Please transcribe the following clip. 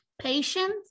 patience